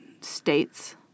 states